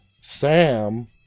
Sam